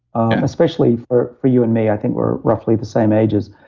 especially for for you and me, i think we're roughly the same ages.